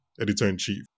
editor-in-chief